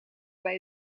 bij